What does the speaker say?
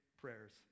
prayers